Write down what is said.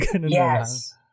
Yes